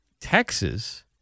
Texas